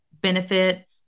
benefit